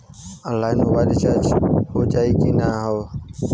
Online mobile recharge हो जाई की ना हो?